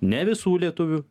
ne visų lietuvių